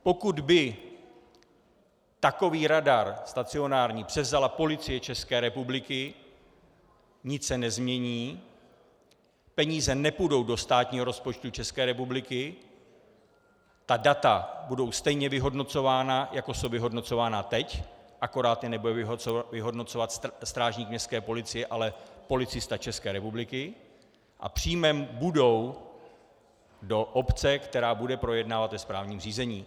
Pokud by takový stacionární radar převzala Policie České republiky, nic se nezmění, peníze nepůjdou do státního rozpočtu České republiky, data budou stejně vyhodnocována, jako jsou vyhodnocována teď, akorát je nebude vyhodnocovat strážník městské policie, ale policista České republiky a příjmem budou do obce, která je bude projednávat ve správním řízení.